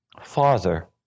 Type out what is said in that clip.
Father